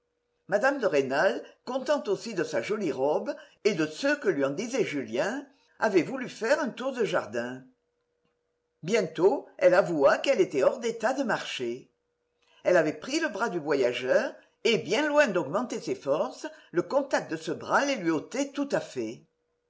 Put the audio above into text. mme de rênal contente aussi de sa jolie robe et de ce que lui en disait julien avait voulu faire un tour de jardin bientôt elle avoua qu'elle était hors d'état de marcher elle avait pris le bras du voyageur et bien loin d'augmenter ses forces le contact de ce bras les lui ôtait tout à fait